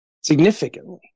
significantly